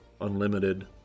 Unlimited